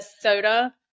soda